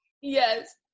Yes